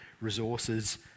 resources